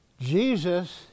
Jesus